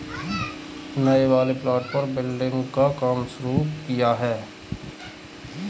नए वाले प्लॉट पर बिल्डिंग का काम शुरू किया है